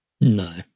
No